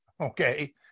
okay